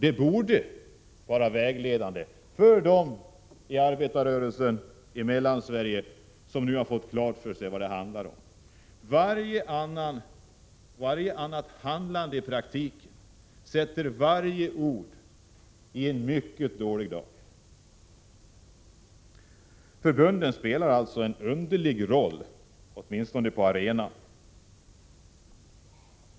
Det borde vara vägledande för dem i arbetarrörelsen i Mellansverige som nu fått klart för sig vad det handlar om. Varje annat handlande ställer det hela i en mycket dålig dager. Förbunden spelar en underlig roll, åtminstone på arenan.